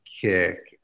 kick